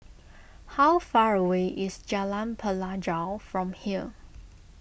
how far away is Jalan Pelajau from here